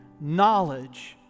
knowledge